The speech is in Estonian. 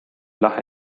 lähe